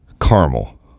caramel